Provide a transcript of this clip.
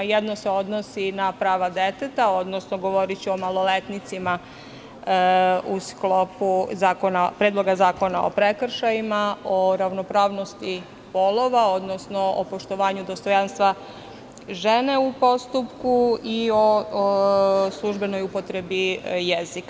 Jedno se odnosi na prava deteta, odnosno govoriću o maloletnicima u sklopu Predloga zakona o prekršajima, o ravnopravnosti polova, odnosno o poštovanju dostojanstva žene u postupku i o službenoj upotrebi jezika.